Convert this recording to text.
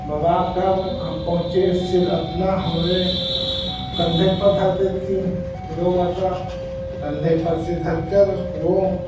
बम्बाकर हम पहुँचे सर अपना हमरे कंधे पर धर देती गौ माता कंधे पर सिर धरकर वह